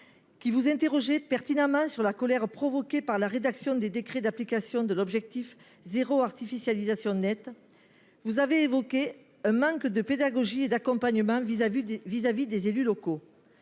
qui vous interrogeait pertinemment sur la colère provoquée par la rédaction des décrets d'application de l'objectif de zéro artificialisation nette (ZAN), vous avez évoqué « un manque d'accompagnement et de pédagogie vis-à-vis des élus locaux